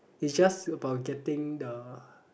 is just about getting the